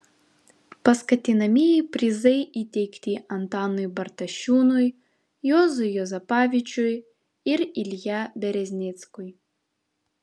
paskatinamieji prizai įteikti antanui bartašiūnui juozui juozapavičiui ir ilja bereznickui